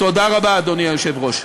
תודה רבה, אדוני היושב-ראש.